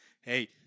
hey